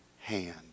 hand